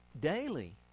daily